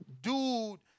dude